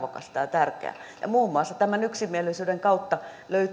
ja tärkeää muun muassa tämän yksimielisyyden kautta